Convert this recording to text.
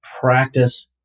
practice